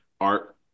art